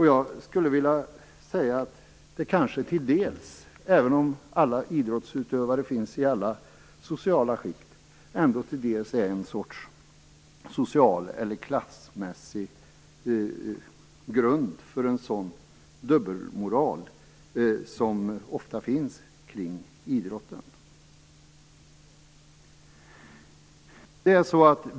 Jag skulle vilja säga att det till dels, även om idrottsutövare finns i alla sociala skikt, kan finnas en sorts social eller klassmässig grund för en sådan dubbelmoral som ofta finns kring idrotten.